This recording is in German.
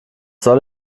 soll